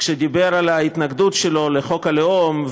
כשדיבר על ההתנגדות שלו לחוק הלאום,